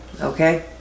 okay